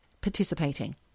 Participating